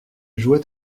jouait